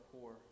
poor